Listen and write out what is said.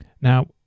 Now